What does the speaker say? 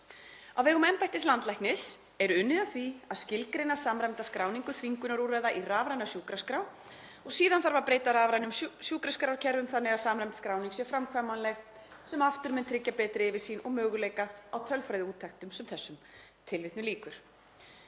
Á vegum embættis landlæknis er unnið að því að skilgreina samræmda skráningu þvingunarúrræða í rafræna sjúkraskrá og síðan þarf að breyta rafrænum sjúkraskrárkerfum þannig að samræmd skráning sé framkvæmanleg, sem aftur mun tryggja betri yfirsýn og möguleika á tölfræðiúttektum sem þessum.“ Í ljósi